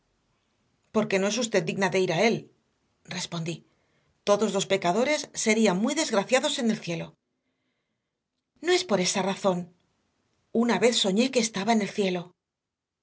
porque no es usted digna de ir a él respondí todos los pecadores serían muy desgraciados en el cielo no es por esa razón una vez soñé que estaba en el cielo